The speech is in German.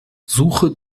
suche